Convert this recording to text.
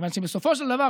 בסופו של דבר,